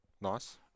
Nice